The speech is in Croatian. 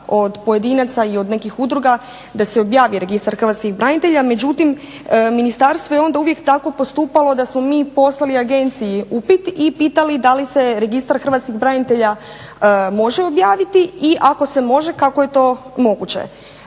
od pojedinaca i od nekih udruga da se objavi Registar hrvatskih branitelja. Međutim, ministarstvo je onda uvijek tako postupalo da smo mi poslali Agenciji upit i pitali da li se Registar hrvatskih branitelja može objaviti i ako se može kako je to moguće.